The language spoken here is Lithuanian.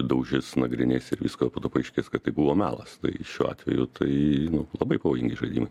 daužis nagrinės ir visko po to paaiškės kad tai buvo melas tai šiuo atveju tai nu labai pavojingi žaidimai